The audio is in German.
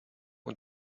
und